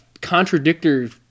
contradictory